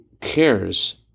cares